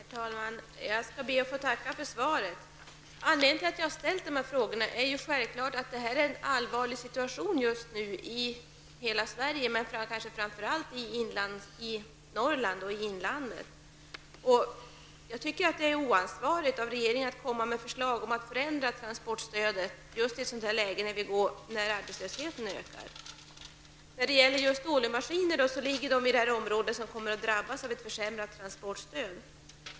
Herr talman! Jag ber att få tacka för svaret. Anledningen till att jag har ställt frågorna är självklart att det råder en allvarlig situation nu i hela Sverige men framför allt i Norrland och inlandet. Jag tycker att det är oansvarigt av regeringen att komma med förslag om att förändra transportstödet just i ett läge där arbetslösheten ökar. Företaget Ålö-Maskiner ligger i det område som kommer att drabbas av försämrat transportstöd.